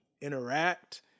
interact